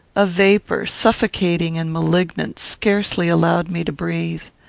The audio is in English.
a vapour, suffocating and malignant, scarcely allowed me to breathe.